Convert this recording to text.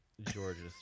Georgia